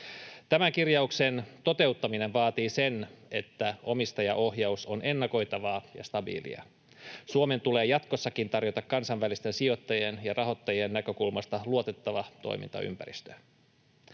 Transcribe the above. Tämän kirjauksen toteuttaminen vaatii sen, että omistajaohjaus on ennakoitavaa ja stabiilia. Suomen tulee jatkossakin tarjota kansainvälisten sijoittajien ja rahoittajien näkökulmasta luotettava toimintaympäristö.